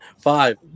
Five